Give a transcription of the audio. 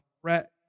threat